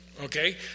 Okay